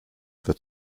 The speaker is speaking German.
für